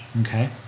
Okay